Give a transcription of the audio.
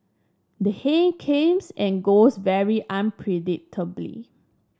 the haze comes and goes very unpredictably